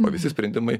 o visi sprendimai